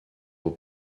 will